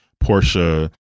portia